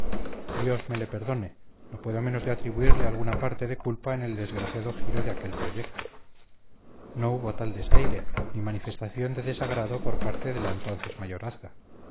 dios me le perdone no puedo menos de atribuirle alguna parte de culpa en el desgraciado giro de aquel proyecto no hubo tal desaire ni manifestación de desagrado por parte de la entonces mayorazga